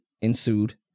ensued